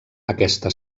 aquesta